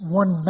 one